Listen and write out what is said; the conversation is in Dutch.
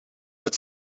het